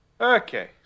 Okay